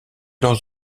leurs